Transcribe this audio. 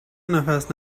نفس